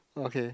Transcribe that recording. okay